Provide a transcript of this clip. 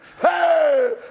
hey